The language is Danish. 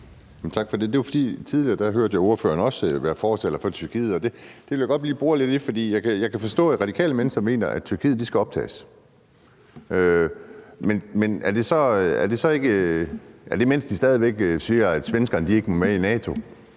Tak for det. Tidligere hørte jeg også ordføreren være fortaler for Tyrkiet, og det vil jeg godt lige bore lidt i. Jeg kan forstå, at Radikale Venstre mener, at Tyrkiet skal optages. Er det så, mens de stadig væk siger, at svenskerne ikke må komme med i NATO?